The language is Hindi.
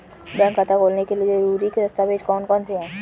बैंक खाता खोलने के लिए ज़रूरी दस्तावेज़ कौन कौनसे हैं?